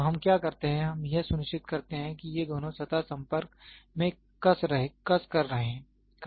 तो हम क्या करते हैं हम यह सुनिश्चित करते हैं कि ये दोनों सतह संपर्क में कस कर हैं